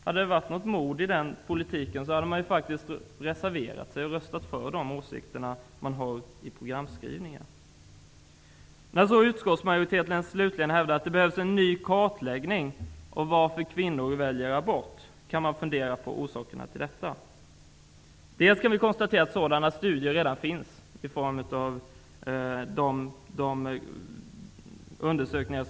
Hade det funnits något mod bakom politiken hade man reserverat sig och röstat för de åsikter som finns i programskrivningarna. Man kan fundera varför utskottsmajoriteten slutligen hävdar att det behöver göras en ny kartläggning av skälen till att kvinnor väljer abort. Vi kan konstatera att Folkhälsoinstitutet redan har gjort sådana undersökningar.